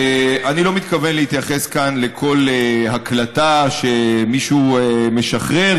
אני לא מתכוון להתייחס כאן לכל הקלטה שמישהו משחרר,